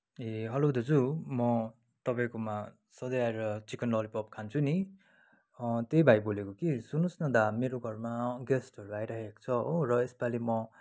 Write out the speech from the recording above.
ए hello दाजु म तपाईँकोमा सधैँ आएर चिकन ललिपप खान्छु नि त्यही भाइ बोलेको कि सुन्नुहोस् न दा मेरो घरमा गेस्टहरू आइराखेको छ हो र यसपालि म